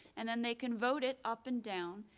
and then they can vote it up and down,